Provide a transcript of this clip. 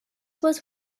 was